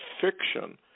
fiction